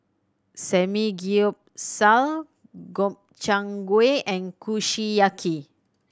Samgyeopsal Gobchang Gui and Kushiyaki